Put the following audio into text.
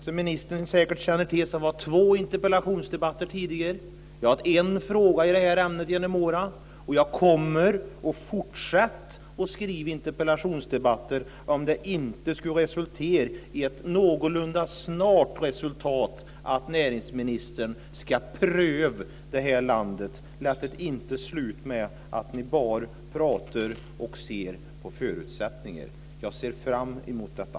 Som ministern säkert känner till har det varit två interpellationsdebatter tidigare, jag har haft en fråga i det här ärendet genom åren, och jag kommer att fortsätta att skriva interpellationer om det inte skulle ge ett någorlunda snart resultat, att näringsministern ska pröva det här i landet, att det inte är slut med att ni bara pratar och ser på förutsättningarna. Jag ser fram emot detta.